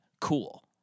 Cool